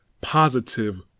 positive